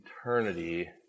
eternity